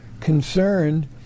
concerned